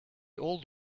old